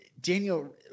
Daniel